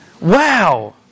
Wow